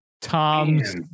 Tom's